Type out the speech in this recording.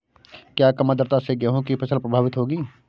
क्या कम आर्द्रता से गेहूँ की फसल प्रभावित होगी?